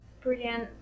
Brilliant